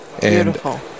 beautiful